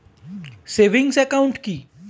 Savings account কি?